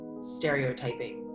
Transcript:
stereotyping